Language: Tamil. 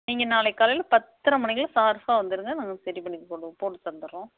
நீங்கள் நாளைக்கு காலையில் பத்தரை மணிக்கெலாம் ஷார்ப்பாக வந்துடுங்க நாங்கள் சரி பண்ணி போட்டு போட்டு தந்துடறோம்